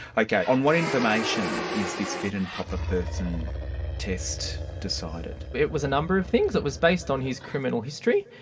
okay, on what information is this fit and proper person test decided? it was a number of things. it was based on his criminal history,